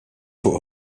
fuq